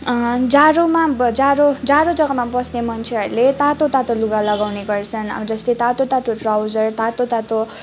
जाडोमा ब जाडो जाडो जग्गामा बस्ने मान्छेहरूले तातो तातो लुगा लगाउने गर्छन् अब जस्तै तातो तातो ट्राउजर तातो तातो